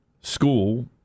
school